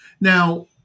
now